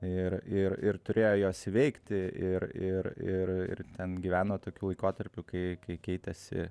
ir ir ir turėjo juos įveikti ir ir ir ir ten gyveno tokiu laikotarpiu kai kai keitėsi